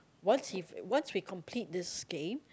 once we've once we complete this game